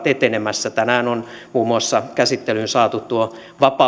etenemässä tänään on muun muassa käsittelyyn saatu tuo